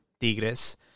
Tigres